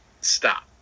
stop